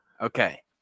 Okay